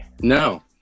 No